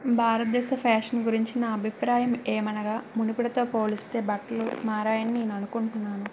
భారతదేశ ఫ్యాషన్ గురించి నా అభిప్రాయం ఏమనగా మునుపటితో పోలిస్తే బట్టలు మారాయి అని నేను అనుకుంటున్నాను